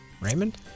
Raymond